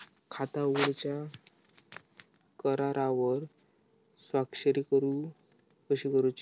खाता उघडूच्या करारावर स्वाक्षरी कशी करूची हा?